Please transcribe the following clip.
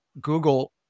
Google